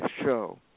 show